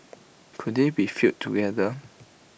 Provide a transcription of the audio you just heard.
could they be fielded together